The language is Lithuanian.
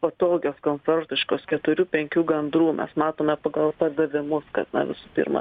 patogios komfortiškos keturių penkių gandrų mes matome pagal pardavimus kad na visų pirma